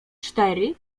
cztery